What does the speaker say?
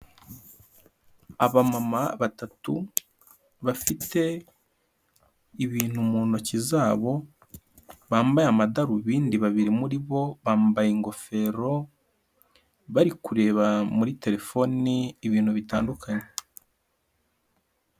Aba mama batatu bafite ibintu mu ntoki zabo bambaye amadarubindi babiri muri bo bambaye ingofero bari kureba muri telefoni ibintu bitandukanye.